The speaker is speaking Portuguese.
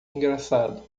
engraçado